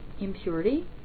impurity